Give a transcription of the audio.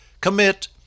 commit